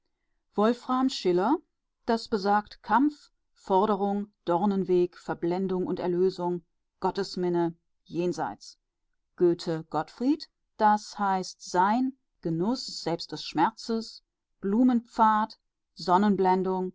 erotiker wolfram schiller das besagt kampf forderung dornenweg verblendung und erlösung gottesminne jenseits goethe gottfried das heißt sein genuß selbst des schmerzes blumenpfad